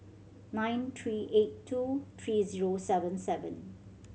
nine three eight two three zero seven seven